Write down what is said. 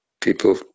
people